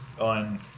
on